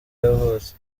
yavutse